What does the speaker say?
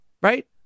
Right